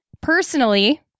Personally